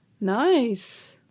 nice